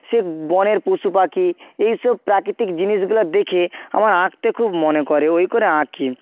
সে বনের পশুপাখি এইসব প্রাকৃতিক জিনিসগুলো দেখে আমার আঁকতে খুব মনে করে ওই করে আঁকি